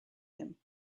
him